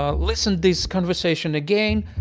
ah listened this conversation again.